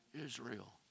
Israel